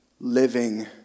living